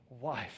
wife